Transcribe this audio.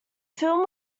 film